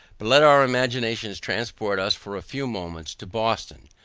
but let our imaginations transport us for a few moments to boston,